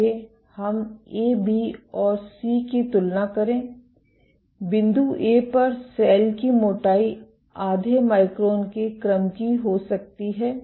आइए हम A B और सी की तुलना करें बिंदु A पर सेल की मोटाई आधे माइक्रोन के क्रम की हो सकती है